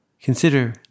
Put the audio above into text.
Consider